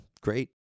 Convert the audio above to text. great